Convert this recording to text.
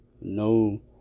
no